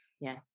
Yes